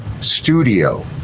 studio